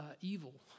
evil